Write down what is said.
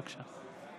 בבקשה.